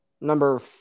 number